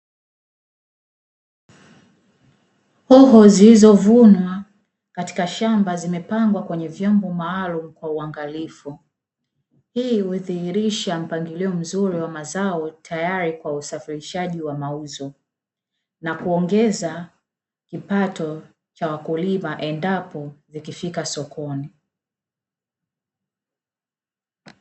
Hoho zilizovunwa katika shamba zimepangwa kwenye vyombo maalumu kwa uangalifu. Hii hudhihirisha mpangilio mzuri wa mazao tayari kwa usafirishaji wa mauzo na kuongeza kipato cha wakulima endapo ikifika sokoni.